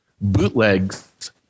bootlegs